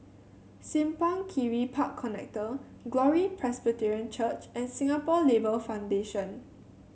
Simpang Kiri Park Connector Glory Presbyterian Church and Singapore Labour Foundation